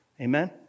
Amen